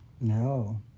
no